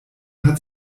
hat